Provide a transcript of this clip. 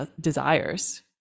desires